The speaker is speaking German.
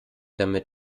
damit